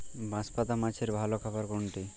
বাঁশপাতা মাছের ভালো খাবার কোনটি?